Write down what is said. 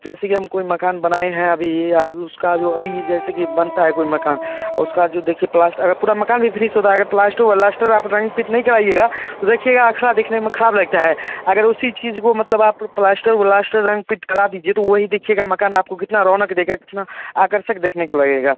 जैसे कि हम कोई मकान बनाए हैं अभी ये उसका जो अभी जैसे कि बनता है कोई मकान उसका जो देखिए प्लास्ट् अगर पूरा मकान भी फिनिस होता है अगर प्लाष्टर वलाष्टर आप रंग पीट नहीं कराइएगा तो देखिएगा आख़िर दिखने में ख़राब लगता है अगर उसी चीज़ को मतलब आप प्लाष्टर वलाष्टर रंग पीट करा दिजिए तो वही देखिएगा मकान आपको कितना रौनक देगा कितना आकर्षक देखने को लगेगा